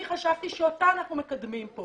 ויש תפיסת עולם אחרת שאני חשבתי שאותה אנחנו מקדמים פה,